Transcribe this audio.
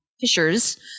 fishers